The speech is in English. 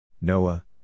Noah